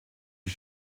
die